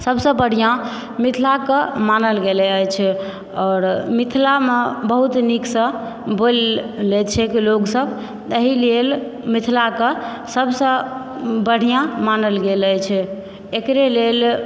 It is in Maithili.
सभसँ बढ़िआँ मिथिला कऽ मानल गेल अछि आओर मिथिलामे बहुत नीकसँ बोलि लए छैक लोक सभ तहि लेल मिथिला कऽ सभसँ बढ़िआँ मानल गेल अछि एकरे लेल